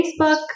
Facebook